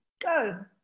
Go